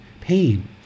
pain